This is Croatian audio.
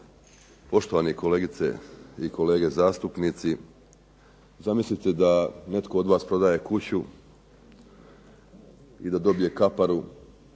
Poštovani kolegice i kolege zastupnici zamislite da netko od vas prodaje kuću i da dobije kaparu